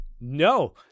no